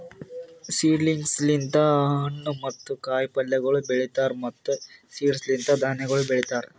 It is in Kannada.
ಸೀಡ್ಲಿಂಗ್ಸ್ ಲಿಂತ್ ಹಣ್ಣು ಮತ್ತ ಕಾಯಿ ಪಲ್ಯಗೊಳ್ ಬೆಳೀತಾರ್ ಮತ್ತ್ ಸೀಡ್ಸ್ ಲಿಂತ್ ಧಾನ್ಯಗೊಳ್ ಬೆಳಿತಾರ್